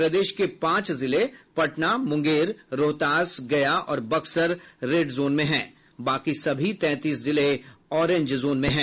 प्रदेश के पांच जिले पटना मुंगेर रोहतास गया और बक्सर रेड जोन में हैं बाकि सभी तैंतीस जिले ऑरेंज जोन में है